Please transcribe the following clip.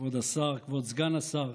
כבוד השר, כבוד סגן השר,